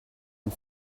and